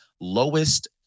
lowest